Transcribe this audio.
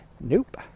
nope